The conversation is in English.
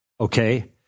okay